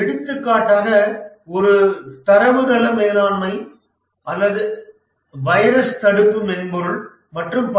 எடுத்துக்காட்டாக ஒரு தரவுத்தள மேலாண்மை அல்லது வைரஸ் தடுப்பு மென்பொருள் மற்றும் பல